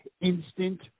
instant